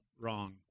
wrong